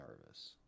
nervous